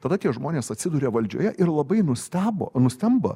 tada tie žmonės atsiduria valdžioje ir labai nustebo nustemba